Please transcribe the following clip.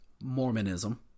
Mormonism